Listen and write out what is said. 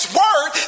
word